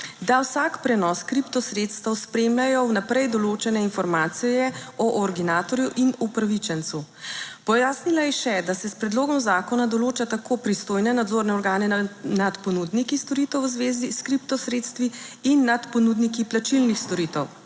da vsak prenos kripto sredstev spremljajo vnaprej določene informacije o orginatorju in upravičencu. Pojasnila je še, da se s predlogom zakona določa tako pristojne nadzorne organe nad ponudniki storitev v zvezi s kripto sredstvi in nad ponudniki plačilnih storitev,